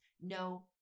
No